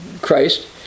Christ